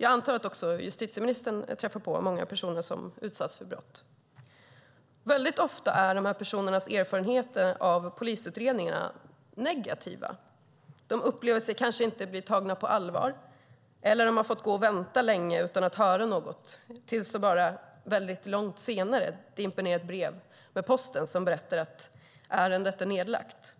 Jag antar att också justitieministern träffar på många personer som utsatts för brott. Väldigt ofta är de här personernas erfarenheter av polisutredningarna negativa. De upplever sig kanske inte bli tagna på allvar eller så har de fått gå och vänta länge utan att höra något tills det bara väldigt långt senare dimper ned ett brev med posten som berättar att ärendet är nedlagt